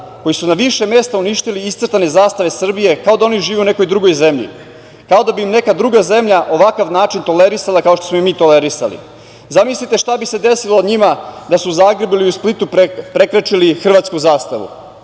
koji su na više mesta uništili iscrtane zastave Srbije, kao da oni žive u nekoj drugoj zemlji, kao da bi im neka druga zemlja ovakav način tolerisala kao što smo i mi tolerisali. Zamislite šta bi se desilo njima da su u Zagrebu ili u Splitu prekrečili hrvatsku zastavu?